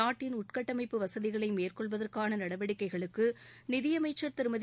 நாட்டின் உள்கட்டமைப்பு வசதிகளை மேற்கொள்வதற்கான நடவடிக்கைகளுக்கு நிதியமைச்சா் திருமதி